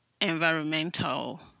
environmental